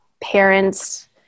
parents